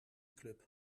club